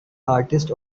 artist